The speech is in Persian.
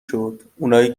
شد، اونایی